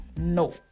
No